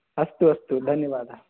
अस्तु अस्तु धन्यवादः